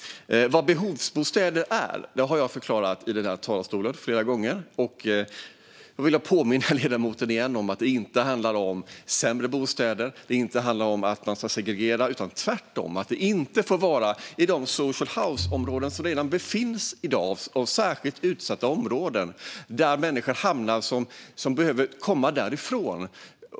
Vad behovsbostäder är har jag förklarat flera gånger från talarstolen. Jag vill påminna ledamoten igen om att det inte handlar om sämre bostäder och att man ska segregera. De får tvärtom inte vara i de social house-områden som redan i dag finns. Det är särskilt utsatta områden där människor hamnar som behöver komma därifrån.